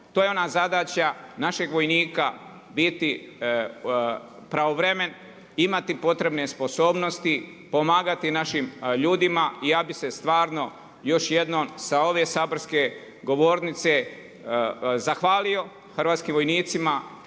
To je ona zadaća našeg vojnika biti pravovremeno, imati potrebne sposobnosti, pomagati našim ljudima. I ja bih se stvarno još jednom sa ove saborske govornice zahvalio hrvatskim vojnicima,